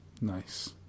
Nice